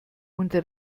und